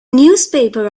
newspaper